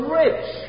rich